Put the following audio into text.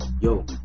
Yo